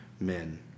men